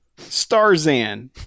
Starzan